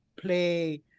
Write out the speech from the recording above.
play